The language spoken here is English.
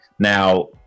Now